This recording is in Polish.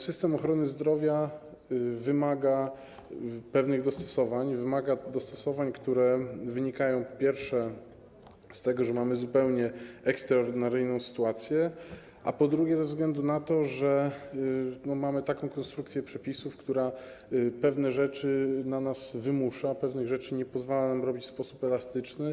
System ochrony zdrowia wymaga pewnych dostosowań, wymaga dostosowań, które wynikają, po pierwsze, z tego, że mamy zupełnie ekstraordynaryjną sytuację, a po drugie, ze względu na to, że mamy taką konstrukcję przepisów, która pewne rzeczy na nas wymusza, pewnych rzeczy nie pozwala nam robić w sposób elastyczny.